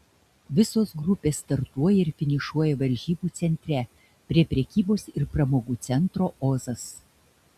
visos grupės startuoja ir finišuoja varžybų centre prie prekybos ir pramogų centro ozas